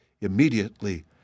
Immediately